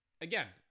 again